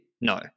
no